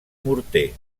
morter